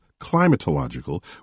climatological